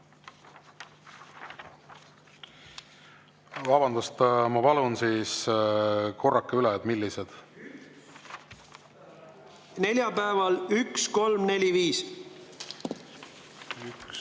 Vabandust! Ma palun siis korrake üle, millised. Neljapäeval 1, 3, 4 ja 5.